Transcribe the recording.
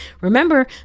Remember